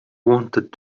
wanted